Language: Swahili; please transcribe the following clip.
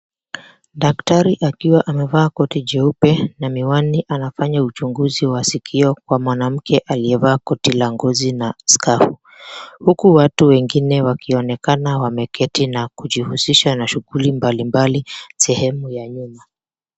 Daktari akiwa amevaa koti jeupe na miwani anafanya uchunguzi wa sikio kwa mwanamke aliyevaa koti la ngozi na skafu, huku watu wengine wakionekana wameketi na kujihusisha na shughuli mbalimbali sehemu ya nyuma.